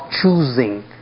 choosing